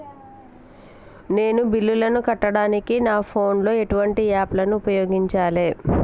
నేను బిల్లులను కట్టడానికి నా ఫోన్ లో ఎటువంటి యాప్ లను ఉపయోగించాలే?